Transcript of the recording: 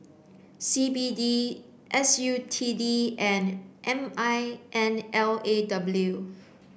C B D S U T D and M I N L A W